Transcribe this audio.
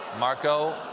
marco,